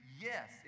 yes